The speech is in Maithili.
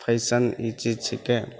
फैशन ई चीज छिकै